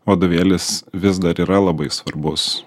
vadovėlis vis dar yra labai svarbus